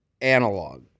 analog